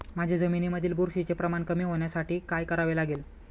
माझ्या जमिनीमधील बुरशीचे प्रमाण कमी होण्यासाठी काय करावे लागेल?